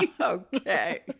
okay